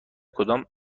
کدام